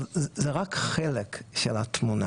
אבל זה רק חלק מהתמונה.